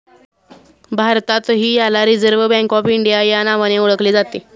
भारतातही याला Reserve Bank of India या नावाने ओळखले जाते